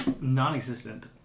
non-existent